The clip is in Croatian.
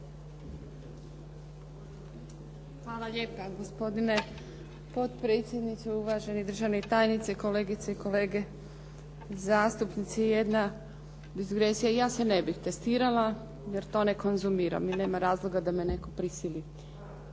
Hvala lijepa gospodine potpredsjedniče, uvaženi državni tajnici, kolegice i kolege zastupnici. Jedna digresija, ja se ne bih testirala jer to ne konzumiram i nema razloga da me netko prisili. Treba